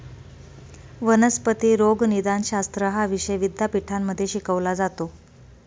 वनस्पती रोगनिदानशास्त्र हा विषय विद्यापीठांमध्ये शिकवला जातो